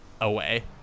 away